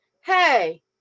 hey